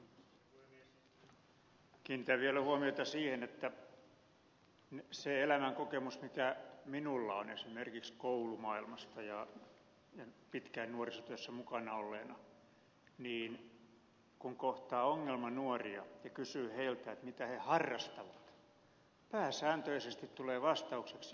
kiinnitän vielä huomiota siihen että se elämänkokemus mikä minulla on esimerkiksi koulumaailmasta ja pitkään nuorisotyössä mukana olleena niin kun kohtaa ongelmanuoria ja kysyy heiltä mitä he harrastavat pääsääntöisesti tulee vastaukseksi